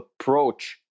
approach